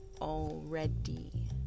already